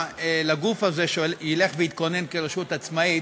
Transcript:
לגוף הזה שילך ויתכונן כרשות עצמאית,